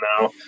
now